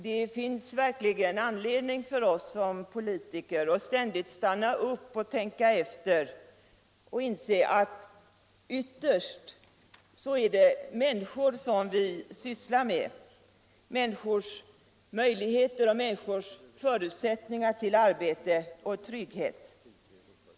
Det finns verkligen anledning för oss som politiker att ständigt stanna upp och tänka efter och inse att ytterst är det människor vi sysslar med —- människors möjligheter och människors förutsättningar till arbete och trygghet.